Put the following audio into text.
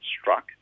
struck